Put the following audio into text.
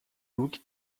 look